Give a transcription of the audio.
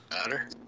matter